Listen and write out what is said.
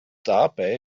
dabei